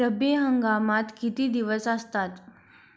रब्बी हंगामात किती दिवस असतात?